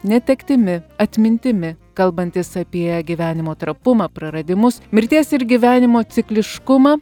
netektimi atmintimi kalbantis apie gyvenimo trapumą praradimus mirties ir gyvenimo cikliškumą